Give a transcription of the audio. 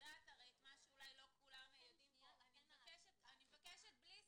אני אמביוולנטית בעניין הזה.